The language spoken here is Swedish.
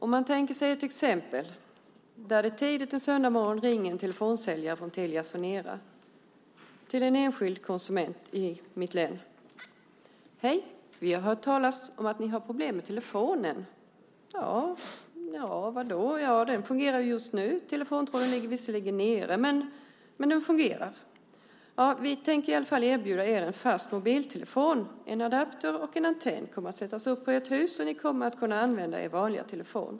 Man tänker sig att det en tidig söndagsmorgon ringer en telefonsäljare från Telia Sonera till en enskild konsument i mitt län och säger: Hej, vi har hört talas om att ni har problem med telefonen. Ja, vadå? Den fungerar just nu. Telefontråden ligger visserligen nere, men nu fungerar den. Ja, vi tänker i alla fall erbjuda er en fast mobiltelefon och en adapter, och en antenn kommer att sättas upp på ert hus, och ni kommer att kunna använda er vanliga telefon.